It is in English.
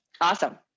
Awesome